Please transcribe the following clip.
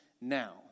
now